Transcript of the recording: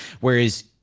Whereas